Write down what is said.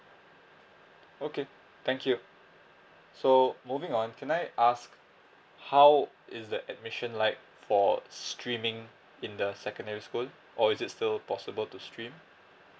okay thank you so moving on can I ask how is the admission like for streaming in the secondary school or is it still possible to stream